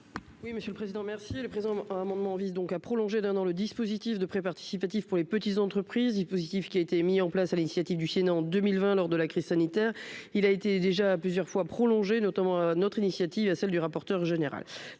Oui, monsieur le président, merci le présent amendement vise donc à prolonger d'un an, le dispositif de prêts participatifs pour les petites entreprises et positif qui a été mis en place à l'initiative du Sénat en 2020 lors de la Cristiani, terre, il a été déjà plusieurs fois prolongée, notamment notre initiative à celle du rapporteur général